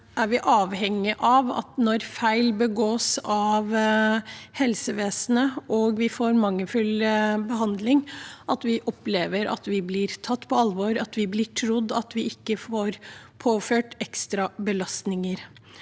er vi avhengig av – når det gjøres feil av helsevesenet og vi får mangelfull behandling – at vi opplever å bli tatt på alvor, at vi blir trodd og at vi ikke blir påført ekstra belastninger.